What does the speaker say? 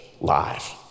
Live